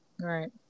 Right